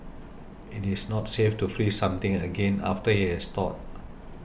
it is not safe to freeze something again after it has thawed